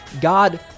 God